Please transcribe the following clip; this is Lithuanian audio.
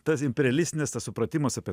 tas imperialistinis tas supratimas apie